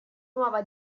nuova